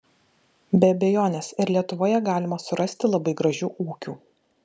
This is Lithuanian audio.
be abejonės ir lietuvoje galima surasti labai gražių ūkių